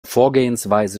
vorgehensweise